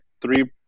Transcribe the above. three